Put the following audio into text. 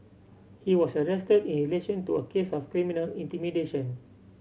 he was arrested in relation to a case of criminal intimidation